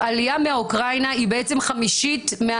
בעשור האחרון עלו